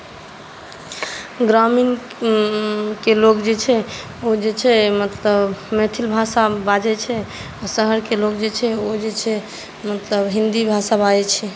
ग्रामीणके लोक जे छै ओ जे छै मतलब मैथिल भाषामे बाजै छै आ शहरके लोक छै ओ जे छै मतलब हिन्दी भाषा बाजै छै